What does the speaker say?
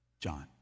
John